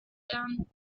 down